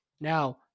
Now